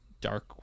dark